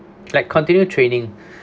like continue training